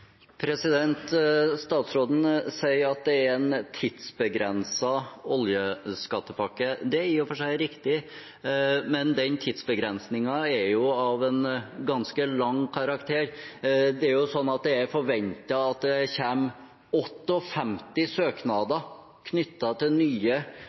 Statsråden sier at det er en tidsbegrenset oljeskattepakke. Det er i og for seg riktig, men den tidsbegrensningen er av en ganske lang karakter. Det er forventet at det